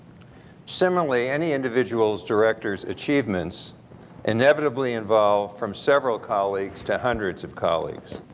similarly any individuals director's achievements inevitably involve from several colleagues to hundreds of colleagues.